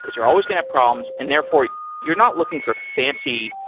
because you're always going to have problems. and therefore you're not looking for fancy